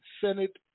Senate